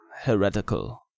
heretical